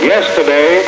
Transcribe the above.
Yesterday